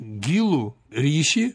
gilų ryšį